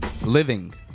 Living